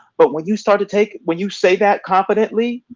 but when you start to take, when you say that confidently,